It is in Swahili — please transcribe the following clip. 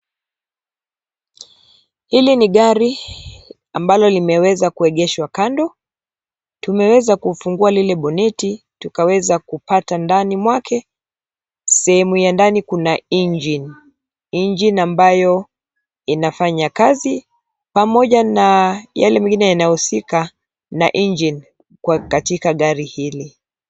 Hili ni gari ambalo limeweza kuegeshwa kando. Tumeweza kufungua lile boneti tukaweza kupata ndani mwake. Sehemu ya ndani kuna engine . Engine ambayo inafanya kazi pamoja na yale mengine yanayohusika na engine katika gari hili.